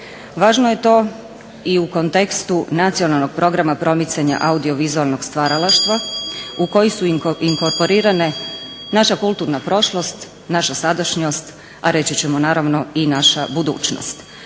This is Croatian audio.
Važno je to i u kontekstu Nacionalnog programa promicanja audiovizualnog stvaralaštva u koji su inkorporirane naša kulturna prošlost, naša sadašnjost, a reći ćemo naravno i naša budućnost.